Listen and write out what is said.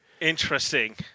Interesting